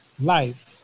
life